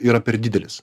yra per didelis